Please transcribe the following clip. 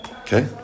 Okay